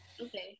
Okay